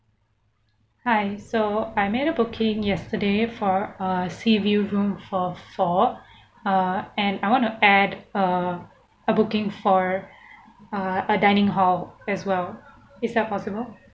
hi so I made a booking yesterday for a sea view room for four uh and I want to add a a booking for a a dining hall as well is that possible